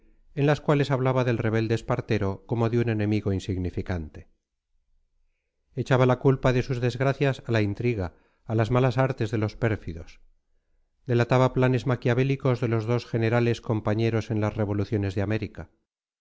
en las cuales hablaba del rebelde espartero como de un enemigo insignificante echaba la culpa de sus desgracias a la intriga a las malas artes de los pérfidos delataba planes maquiavélicos de los dos generales compañeros en las revoluciones de américa atribuía la